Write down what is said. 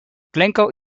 glencoe